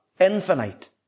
infinite